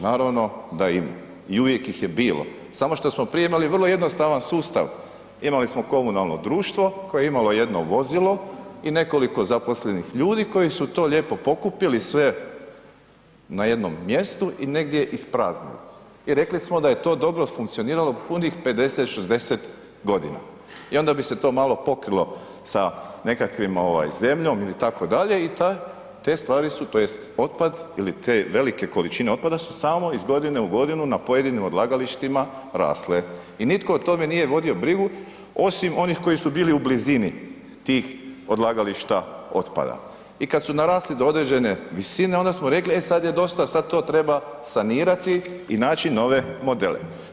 Naravno da ima i uvijek ih je bilo, samo šta smo prije imali vrlo jednostavan sustav, imali smo komunalno društvo koje je imalo jedno vozilo i nekoliko zaposlenih ljudi koji su to lijepo pokupili sve na jednom mjestu i negdje ispraznili i rekli smo da je to dobro funkcioniralo punih 50, 60.g. i onda bi se to malo pokrilo sa nekakvim zemljom itd. i te stvari su tj. otpad ili te velike količine otpada su samo iz godine u godinu na pojedinim odlagalištima rasle i nitko o tome nije vodio brigu osim onih koji su bili u blizini tih odlagališta otpada i kad su narasli do određene visine onda smo rekli e sad je dosta, sad to treba sanirati i naći nove modele.